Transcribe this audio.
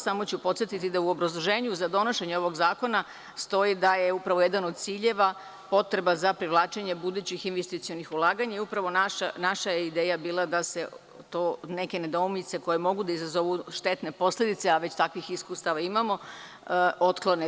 Samo ću podsetiti da u obrazloženju za donošenje ovog zakona stoji da je upravo jedan od ciljeva potreba za privlačenje budućih investicionih ulaganja i upravo naša je ideja bila da se neke nedoumice koje mogu da izazovu štetne posledice, a već takvih iskustava imamo, otklone.